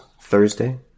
Thursday